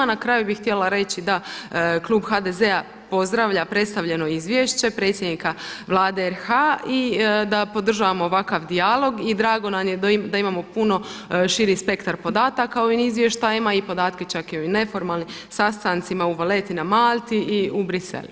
Na kraju bih htjela reći da klub HDZ-a pozdravlja predstavljeno izvješće, predsjednika Vlade RH i da podržavamo ovakav dijalog i drago nam je da imamo puno širi spektar podatak o ovim izvještajima i podatke čak i ovim neformalnim sastancima u Valletti na Malti i Bruxellesu.